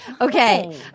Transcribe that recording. Okay